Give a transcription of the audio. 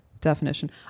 definition